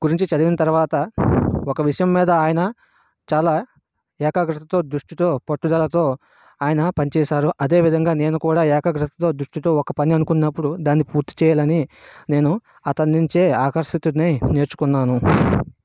గురించి చదివిన తర్వాత ఒక విషయం మీద ఆయన చాలా ఏకాగ్రతతో దృష్టితో పట్టుదలతో ఆయన పని చేసారో అదే విధంగా నేను కూడా ఏకాగ్రతతో దృష్టితో ఒక పని అనుకున్నప్పుడు దాన్ని పూర్తి చేయాలనీ నేను అతన్నించే ఆకర్షితుడనై నేర్చుకున్నాను